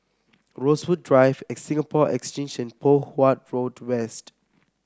Rosewood Drive at Singapore Exchange and Poh Huat Road West